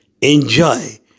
enjoy